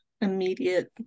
immediate